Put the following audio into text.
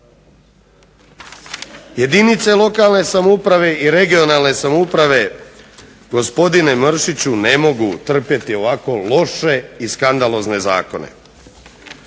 Jedinice lokalne samouprave i regionalne samouprave gospodine Mršiću ne mogu trpjeti ovako loše i skandalozne zakone.